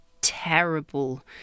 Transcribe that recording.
terrible